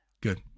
Good